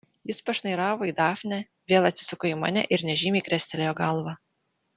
jis pašnairavo į dafnę vėl atsisuko į mane ir nežymiai krestelėjo galva